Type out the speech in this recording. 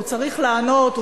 הוא צריך לענות,